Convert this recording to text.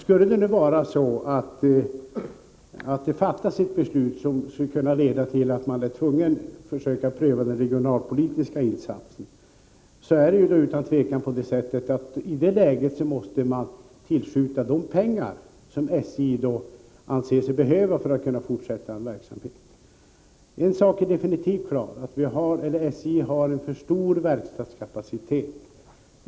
Herr talman! Om det fattas ett beslut som skulle kunna leda till att man blev tvungen att pröva den regionalpolitiska insatsen måste man utan tvivel tillskjuta de pengar som SJ då anser sig behöva för att kunna fortsätta verksamheten. En sak är definitivt klar: SJ har en för stor verkstadskapacitet.